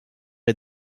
est